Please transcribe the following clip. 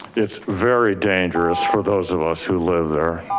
it's very dangerous for those of us who live there.